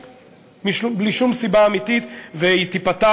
לציבור בלי שום סיבה אמיתית, והיא תיפתח.